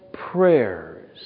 prayers